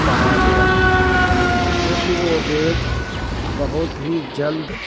پایا گیا چونکہ وہ بیگ بہت ہی جلد